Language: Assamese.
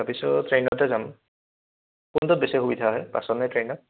তাৰ পিছত ট্ৰেইনতে যাম কোনটোত বেছি সুবিধা হয় বাছতনে ট্ৰেইনত